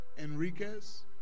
Enriquez